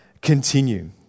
continue